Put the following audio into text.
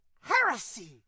heresy